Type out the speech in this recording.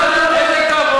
איזה כבוד?